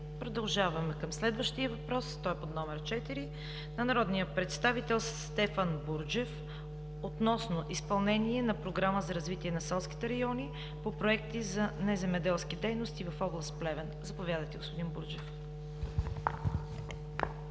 Продължаваме към следващия въпрос. Той е под номер четири на народния представител Стефан Бурджев – относно изпълнение на Програма за развитие на селските райони по проекти за неземеделски дейности в област Плевен. Заповядайте, господин Бурджев.